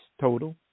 total